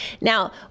Now